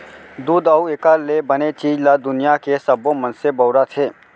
दूद अउ एकर ले बने चीज ल दुनियां के सबो मनसे बउरत हें